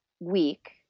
week